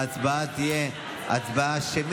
ההצבעה תהיה שמית,